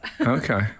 Okay